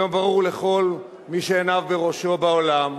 היום ברור לכל מי שעיניו בראשו בעולם,